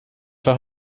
för